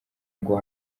ngo